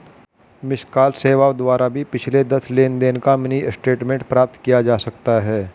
miss call सेवाओं द्वारा भी पिछले दस लेनदेन का मिनी स्टेटमेंट प्राप्त किया जा सकता है